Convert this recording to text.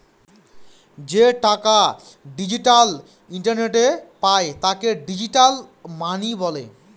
যে টাকা ডিজিটাল ইন্টারনেটে পায় তাকে ডিজিটাল মানি বলে